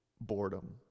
boredom